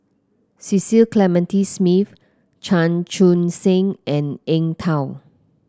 Cecil Clementi Smith Chan Chun Sing and Eng Tow